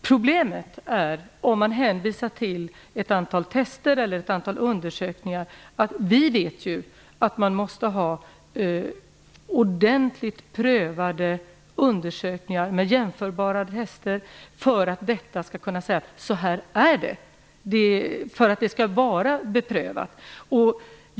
Problemet när man hänvisar till ett antal test eller undersökningar är att man för att kunna säga att något är beprövat måste ha gjort ordentligt kontrollerade undersökningar med jämförbara test.